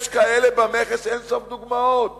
יש במכס אין-סוף דוגמאות